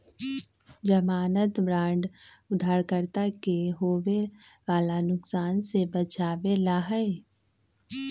ज़मानत बांड उधारकर्ता के होवे वाला नुकसान से बचावे ला हई